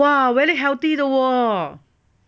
!wah! very healthy 的 wor